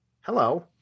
hello